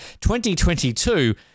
2022